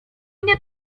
nie